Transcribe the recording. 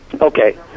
Okay